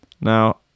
Now